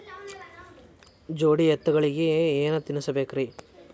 ಜೋಡಿ ಎತ್ತಗಳಿಗಿ ಏನ ತಿನಸಬೇಕ್ರಿ?